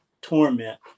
torment